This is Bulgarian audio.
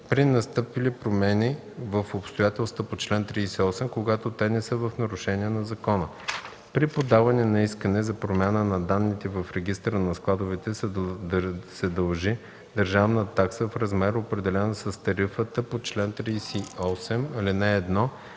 при настъпили промени в обстоятелствата по чл. 38, когато те не са в нарушение на закона. При подаване на искане за промяна на данните в регистъра на складовете се дължи държавна такса в размер, определен с тарифата по чл. 38, ал. 1